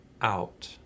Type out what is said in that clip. out